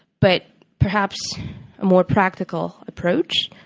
but, perhaps a more practical approach,